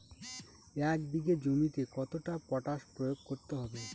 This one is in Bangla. এক বিঘে জমিতে কতটা পটাশ প্রয়োগ করতে হবে?